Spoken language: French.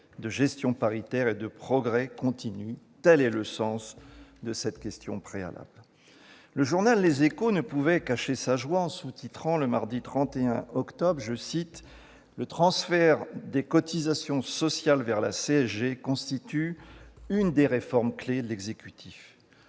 de gestion paritaire et de progrès continu. Tel est le sens de cette question préalable. Le journal ne pouvait cacher sa joie en sous-titrant le mardi 31 octobre :« Le transfert des cotisations sociales vers la CSG constitue une des réformes clefs de l'exécutif. »